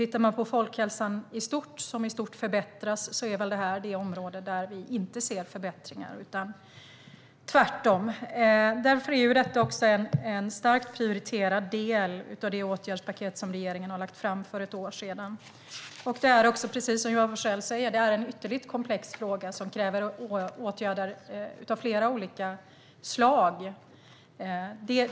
Tittar man på folkhälsan överlag, som i stort förbättras, är detta det område där vi inte ser förbättringar utan tvärtom. Därför är detta en starkt prioriterad del av det åtgärdspaket som regeringen lade fram för ett år sedan. Precis som Johan Forssell säger är detta en ytterligt komplex fråga som kräver åtgärder av flera olika slag.